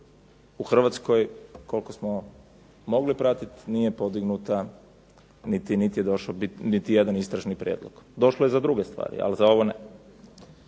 u Hrvatskoj koliko smo mogli pratiti nije podignuta, niti je došao niti jedan istražni prijedlog. Došlo je za druge stvari, ali za ovo ne.